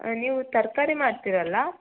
ನೀವು ತರಕಾರಿ ಮಾರ್ತಿರಲ್ಲಾ